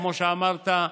כמו שאמרת,